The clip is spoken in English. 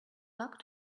luck